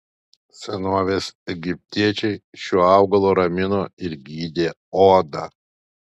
senovės egiptiečiai šiuo augalu ramino ir gydė odą